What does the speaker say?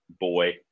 boy